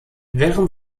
während